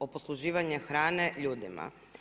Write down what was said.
O posluživanju hrane ljudima.